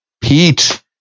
Pete